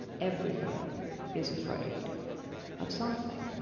everyone is afraid of something